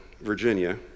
Virginia